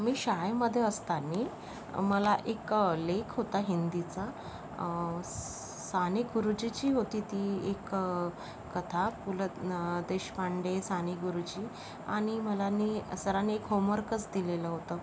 मी शाळेमध्ये असताना मला एक लेख होता हिंदीचा साने गुरुजीची होती ती एक कथा पु ल देशपांडे साने गुरुजी आणि मला नी सरांनी एक होमवर्कच दिलेलं होतं